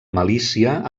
malícia